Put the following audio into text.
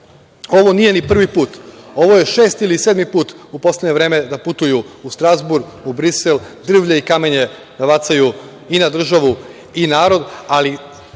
ovo nije ni prvi put. Ovo je šesti ili sedmi put u poslednje vreme da putuju u Strazburg, u Brisel, drvlje i kamenje da bacaju i na državu i narod, ali